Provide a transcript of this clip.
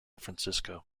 francisco